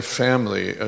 family